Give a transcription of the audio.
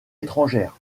étrangères